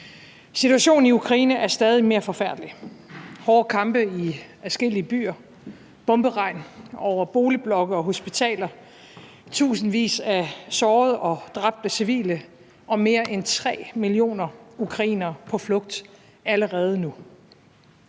Situationen i Ukraine bliver stadig mere forfærdelig. Der er hårde kampe i adskillige byer, bomberegn over boligblokke og hospitaler, tusindvis af sårede og dræbte civile og mere end 3 millioner ukrainere på flugt allerede nu.